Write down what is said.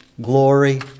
glory